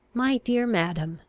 my dear madam,